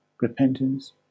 repentance